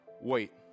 wait